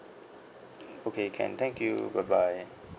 okay can thank you bye bye